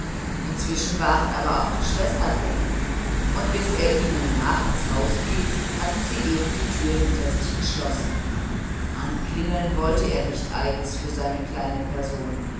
inzwischen waren aber auch die schwestern weg und bis er ihnen nach ins haus ging hatten sie eben die türe hinter sich geschlossen anklingeln wollte er nicht extra für seine kleine person